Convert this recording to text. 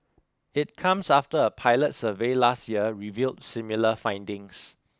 it comes after a pilot survey last year revealed similar findings